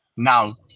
Now